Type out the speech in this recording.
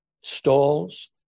stalls